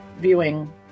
viewing